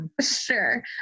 sure